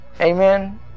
Amen